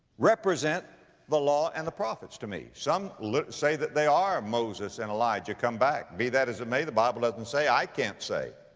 represent the law and the prophets to me. some lit, say that they are moses and elijah come back. be that as it may, the bible doesn't say, i can't say.